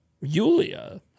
Yulia